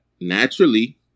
naturally